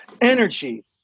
energy